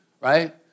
right